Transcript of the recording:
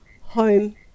Home